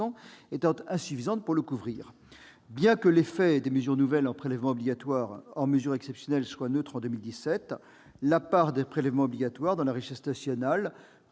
étant insuffisantes pour le contenir. Bien que l'effet des mesures nouvelles en prélèvements obligatoires, hors mesures exceptionnelles, soit neutre en 2017, la part des prélèvements obligatoires dans la richesse nationale